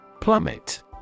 Plummet